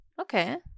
Okay